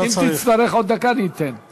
אם תצטרך עוד דקה, אני אתן.